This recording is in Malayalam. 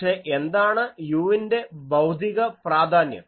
പക്ഷേ എന്താണ് u ന്റെ ഭൌതിക പ്രാധാന്യം